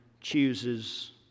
chooses